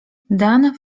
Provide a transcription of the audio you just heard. dan